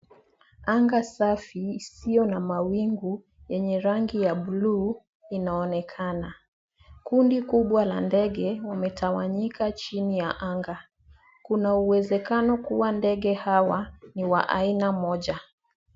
Anga safi isiyo na mawingu yenye rangi ya buluu inaonekana. Kundi kubwa la ndege wametawanyika chini ya anga. Kuna uwezekano kuwa ndege hawa ni wa aina moja.